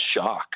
shock